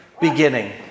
beginning